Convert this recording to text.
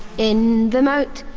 in the moat,